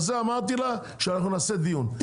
על זה אמרתי לה שאנחנו נעשה דיון,